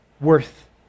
worth